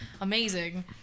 amazing